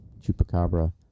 Chupacabra